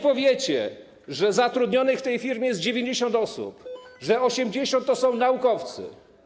Nie powiecie, że zatrudnionych w tej firmie jest 90 osób, że 80 to są naukowcy.